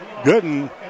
Gooden